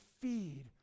feed